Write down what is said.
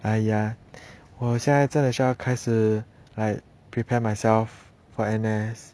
哎呀我现在真的需要开始 like prepare myself for N_S